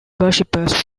worshippers